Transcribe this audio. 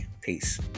Peace